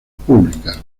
públicas